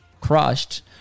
crushed